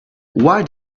why